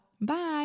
Bye